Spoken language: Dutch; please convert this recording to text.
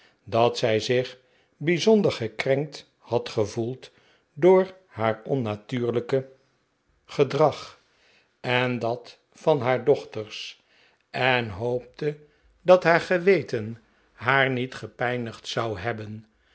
dat zij zich bijzonder gekrenkt had gevoeld door haar onnatuurlijke gedrag en dat van haar dochters en hoopte dat haar geweten haar niet gepijnigd zou hebben